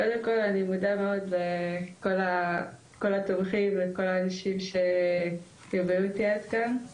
קודם כל אני מודה מאוד לכל התומכים והאנשים שליוו אותי עד כאן.